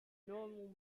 normal